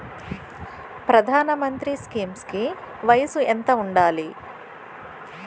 ప్రధాన మంత్రి స్కీమ్స్ కి వయసు ఎంత ఉండాలి?